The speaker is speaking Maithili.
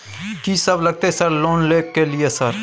कि सब लगतै सर लोन ले के लिए सर?